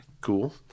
cool